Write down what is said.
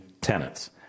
tenants